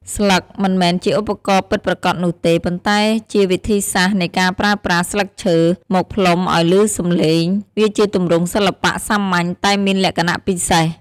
ស្លឹក មិនមែនជាឧបករណ៍ពិតប្រាកដនោះទេ ប៉ុន្តែជាវិធីសាស្រ្តនៃការប្រើប្រាស់ ស្លឹកឈើ មកផ្លុំឲ្យឮសំឡេង វាជាទម្រង់សិល្បៈសាមញ្ញតែមានលក្ខណៈពិសេស។